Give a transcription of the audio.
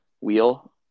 wheel